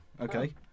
okay